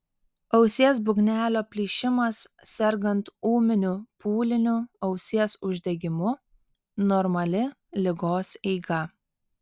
ausies būgnelio plyšimas sergant ūminiu pūliniu ausies uždegimu normali ligos eiga